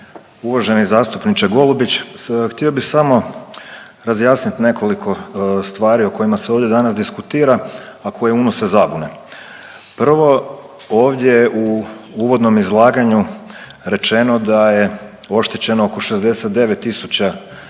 uvaženi zastupniče Golubić htio bih samo razjasnit nekoliko stvari o kojima se ovdje danas diskutira, a koje unose zabune. Prvo ovdje u uvodnom izlaganju rečeno da je oštećeno oko 69 tisuća